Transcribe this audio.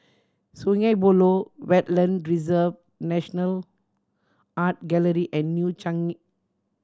Sungei Buloh Wetland Reserve National Art Gallery and New Changi